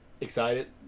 excited